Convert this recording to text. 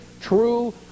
true